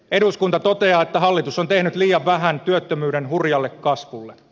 eduskunta toteaa että hallitus on tehnyt liian vähän työttömyyden hurjalle kasvulle